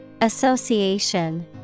Association